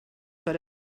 per